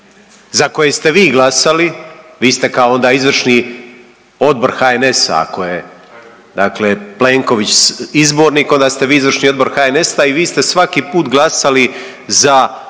za koje ste vi glasali, vi ste kao onda izvršni odbor HNS-a ako je dakle Plenković izbornik onda ste vi izvršni odbor HNS-a i vi ste svaki put glasali za i